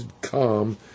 calm